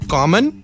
Common